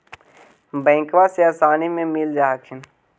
बैंकबा से आसानी मे मिल जा हखिन?